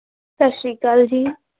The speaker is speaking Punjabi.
ਸਤਿ ਸ਼੍ਰੀ ਅਕਾਲ ਜੀ